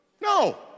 No